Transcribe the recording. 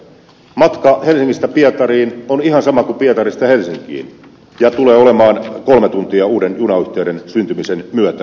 matka helsingistä pietariin on ihan sama kuin pietarista helsinkiin ja tulee olemaan kolme tuntia uuden junayhteyden syntymisen myötä